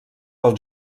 pels